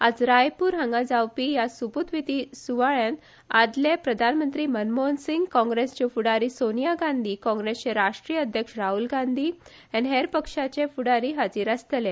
आयज रायपुर हांगासर जावपी ह्या सोपुतविधी कार्यावळीत आदले प्रधानमंत्री मनमोहन सिंग काँग्रेस च्यो फुडारी सोनिया गांधी काँग्रेसचे राष्ट्रीय अध्यक्ष राहल गांधी आनी हेर पक्षाचे फुडारी हाजिर आसतले